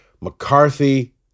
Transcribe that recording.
McCarthy